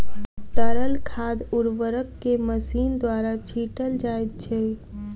तरल खाद उर्वरक के मशीन द्वारा छीटल जाइत छै